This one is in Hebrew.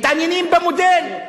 מתעניינים במודל,